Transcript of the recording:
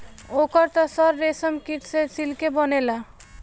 ओकर त सर रेशमकीट से सिल्के बनेला